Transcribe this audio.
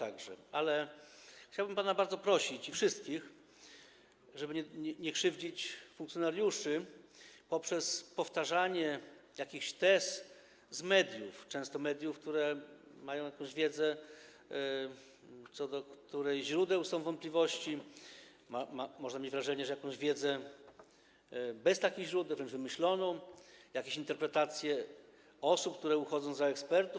Ale chciałbym pana i wszystkich bardzo prosić o to, żeby nie krzywdzić funkcjonariuszy poprzez powtarzanie jakichś tez z mediów, często mediów, które mają jakąś wiedzę, co do której źródeł są wątpliwości, a można mieć wrażenie, że i jakąś wiedzę bez takich źródeł, wręcz wymyśloną, jakieś interpretacje osób, które uchodzą za ekspertów.